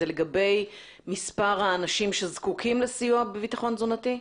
זה לגבי מספר האנשים שזקוקים לסיוע בביטחון תזונתי?